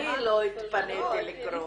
אני לא התפניתי לקרוא את זה.